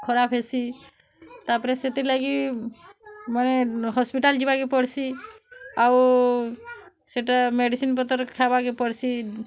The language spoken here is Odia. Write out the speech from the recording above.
ଖରାପ୍ ହେସି ତା' ପରେ ସେଥିର୍ ଲାଗି ମାନେ ହସ୍ପିଟାଲ୍ ଯିବାକେ ପଡ଼୍ସି ଆଉ ସେଟା ମେଡିସିନ୍ ପତର୍ ଖାଏବାକେ ପଡ଼୍ସି